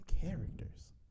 characters